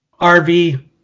RV